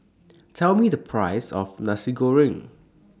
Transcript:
Tell Me The Price of Nasi Goreng